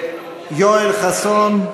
יואל חסון?